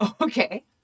Okay